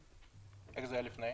איך זה היה לפני?